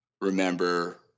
remember